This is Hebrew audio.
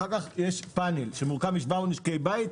אחר כך יש פאנל שמורכב מ-700 משקי בית,